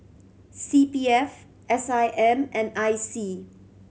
C P F S I M and I C